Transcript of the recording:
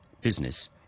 business